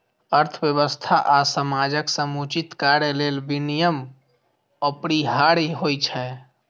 अर्थव्यवस्था आ समाजक समुचित कार्य लेल विनियम अपरिहार्य होइ छै